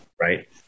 Right